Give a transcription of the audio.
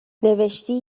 نوشتی